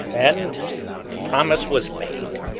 and the promise was made.